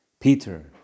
Peter